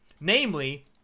Namely